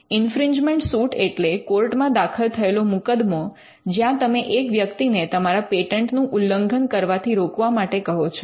infringement suit એટલે કોર્ટમાં દાખલ થયેલો મુકદમો જ્યાં તમે એક વ્યક્તિને તમારા પેટન્ટનું ઉલ્લંઘન કરવાથી રોકવા માટે કહો છો